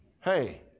Hey